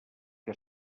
que